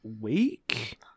week